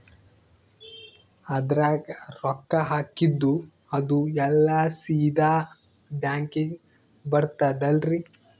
ಅದ್ರಗ ರೊಕ್ಕ ಹಾಕಿದ್ದು ಅದು ಎಲ್ಲಾ ಸೀದಾ ಬ್ಯಾಂಕಿಗಿ ಬರ್ತದಲ್ರಿ?